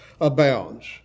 abounds